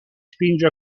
spinge